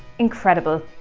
incredible!